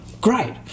great